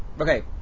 Okay